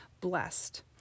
blessed